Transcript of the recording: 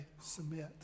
submit